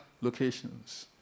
locations